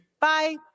bye